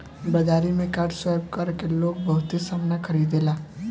बाजारी में card swipe कर के लोग बहुते सामना खरीदेला